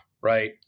right